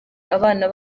abana